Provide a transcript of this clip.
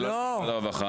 זה לא משרד הרווחה.